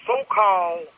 so-called